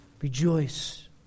Rejoice